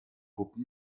puppe